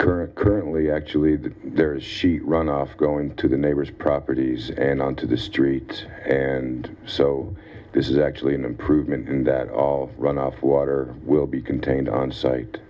current currently actually that there's sheet runoff going to the neighbor's properties and onto the street and so this is actually an improvement in that runoff water will be contained onsite